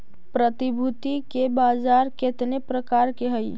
प्रतिभूति के बाजार केतने प्रकार के हइ?